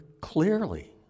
clearly